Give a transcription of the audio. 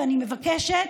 ואני מבקשת,